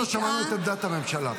עוד לא שמענו את עמדת הממשלה.